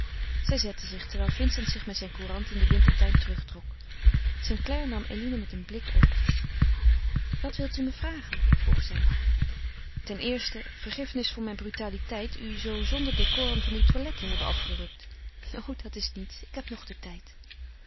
zij zetten zich terwijl vincent zich met zijn courant in den wintertuin terugtrok st clare nam eline met een blik op wat wilt u me vragen vroeg zij ten eerste vergiffenis voor mijn brutaliteit u zoo zonder décorum van uw toilet te hebben afgerukt o dat is niets ik heb nog den tijd